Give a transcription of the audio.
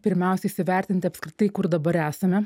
pirmiausia įsivertint apskritai kur dabar esame